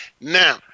Now